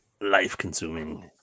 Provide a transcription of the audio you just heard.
life-consuming